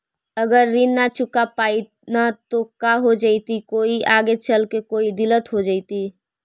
अगर ऋण न चुका पाई न का हो जयती, कोई आगे चलकर कोई दिलत हो जयती?